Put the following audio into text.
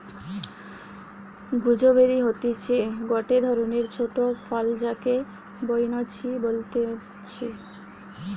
gooseberry হতিছে গটে ধরণের ছোট ফল যাকে বৈনচি বলতিছে